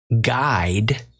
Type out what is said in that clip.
guide